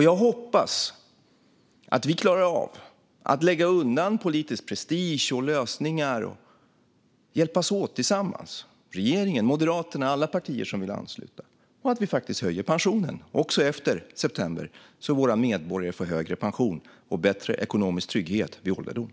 Jag hoppas att vi klarar av att lägga undan politisk prestige och låsningar och tillsammans hjälpas åt - regeringen, Moderaterna och alla partier som vill ansluta - att höja pensionen, också efter september, så att våra medborgare får högre pension och bättre ekonomisk trygghet under ålderdomen.